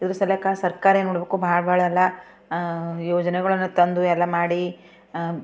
ಇದ್ರ ಸಲಕ ಸರ್ಕಾರ ಏನು ಮಾಡಬೇಕು ಭಾಳ ಭಾಳ ಎಲ್ಲ ಯೋಜನೆಗಳನ್ನು ತಂದು ಎಲ್ಲ ಮಾಡಿ